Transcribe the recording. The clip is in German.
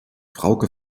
frauke